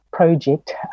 project